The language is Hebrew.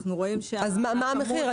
מה המחיר?